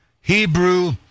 Hebrew